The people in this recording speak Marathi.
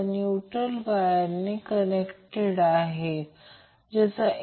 हे पूर्वीप्रमाणेच a c b सिक्वेन्ससाठी आहे फक्त एकच गोष्ट बदलली आहे